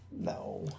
No